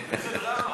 איזו דרמה.